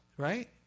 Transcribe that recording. right